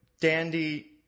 Dandy